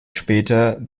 später